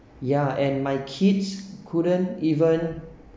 ya and my kids couldn't even